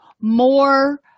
more